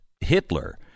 Hitler